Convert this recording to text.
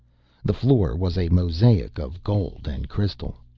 the floor was a mosaic of gold and crystal.